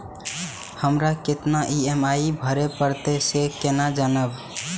हमरा कतेक ई.एम.आई भरें परतें से केना जानब?